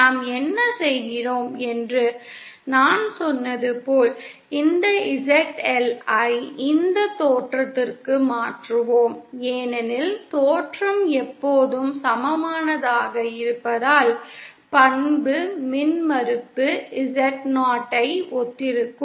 நாம் என்ன செய்கிறோம் என்று நான் சொன்னது போல் இந்த ZL ஐ இந்த தோற்றத்திற்கு மாற்றுவோம் ஏனெனில் தோற்றம் எப்போதும் சமமானதாக இருப்பதால் பண்பு மின்மறுப்பு Z0 ஐ ஒத்திருக்கும்